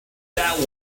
that